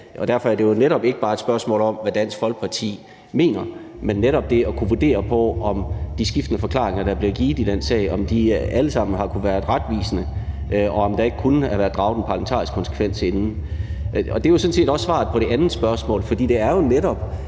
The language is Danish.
Derfor er det jo ikke bare et spørgsmål om, hvad Dansk Folkeparti mener, men netop det at kunne vurdere, om de skiftende forklaringer, der er blevet givet i den sag, alle sammen har kunnet være retvisende, og om der ikke kunne have været draget en parlamentarisk konsekvens inden. Det er jo sådan set også svaret på det andet spørgsmålet. For det er jo netop